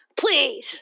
Please